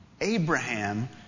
Abraham